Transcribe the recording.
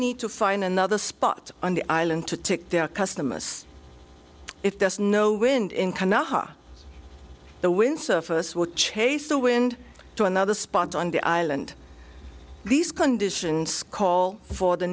need to find another spot on the island to take their customers if there's no wind in canara the windsurfers would chase the wind to another spot on the island these conditions call for the